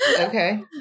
okay